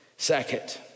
Second